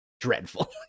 dreadful